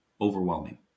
overwhelming